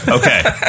okay